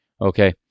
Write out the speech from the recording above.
Okay